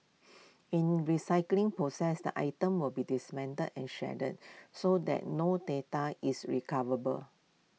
in recycling process the items will be dismantled and shredded so that no data is recoverable